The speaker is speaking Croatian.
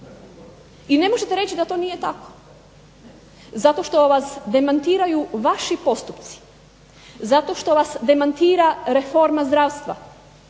I ne možete reći da to nije tako zato što vas demantiraju vaši postupci, zato što vas demantira reforma zdravstva,